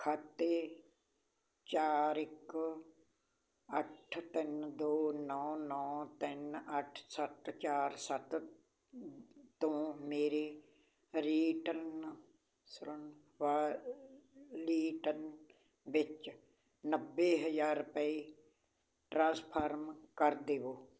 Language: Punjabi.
ਖਾਤੇ ਚਾਰ ਇੱਕ ਅੱਠ ਤਿੰਨ ਦੋ ਨੌਂ ਨੌਂ ਤਿੰਨ ਅੱਠ ਸੱਤ ਚਾਰ ਸੱਤ ਤੋਂ ਮੇਰੇ ਵਿੱਚ ਨੱਬੇ ਹਜ਼ਾਰ ਰੁਪਏ ਟ੍ਰਾਂਸਫ਼ਾਰਮ ਕਰ ਦੇਵੋ